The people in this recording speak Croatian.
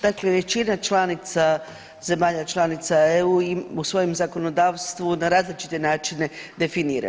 Dakle, većina članica, zemalja članica EU u svojem zakonodavstvu na različite načine definira.